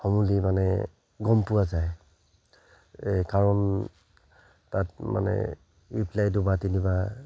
সমুলি মানে গম পোৱা যায় এই কাৰণ তাত মানে ৰিপ্লেই দুবাৰ তিনিবাৰ